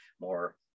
more